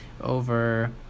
over